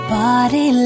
body